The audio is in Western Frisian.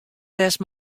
west